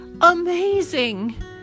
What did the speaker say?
amazing